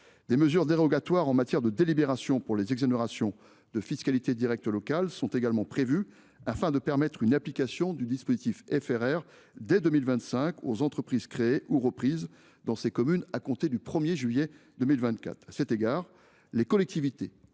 Des mesures dérogatoires en matière de délibération des exonérations de fiscalité directe locale sont également prévues, afin de permettre, dès 2025, une application du dispositif FRR aux entreprises créées ou reprises dans ces communes à compter du 1 juillet 2024. À cet égard, les collectivités